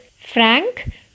frank